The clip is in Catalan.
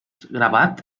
gravat